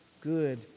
good